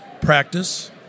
practice